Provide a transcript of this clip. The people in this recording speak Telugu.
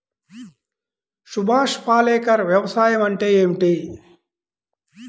సుభాష్ పాలేకర్ వ్యవసాయం అంటే ఏమిటీ?